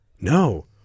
No